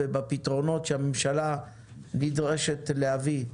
ובפתרונות שהממשלה נדרשת להביא.